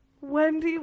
Wendy